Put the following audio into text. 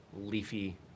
leafy